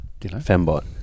fembot